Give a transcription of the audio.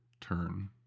turn